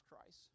Christ